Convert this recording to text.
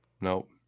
Nope